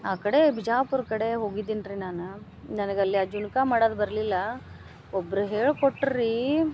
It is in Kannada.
ಆ ಕಡೆ ಬಿಜಾಪುರ ಕಡೆ ಹೋಗಿದಿನ್ರೀ ನಾನು ನನಗಲ್ಲಿ ಆ ಜುಣ್ಕಾ ಮಾಡದು ಬರಲಿಲ್ಲ ಒಬ್ರು ಹೇಳ್ಕೊಟ್ರು ರೀ